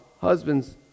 husbands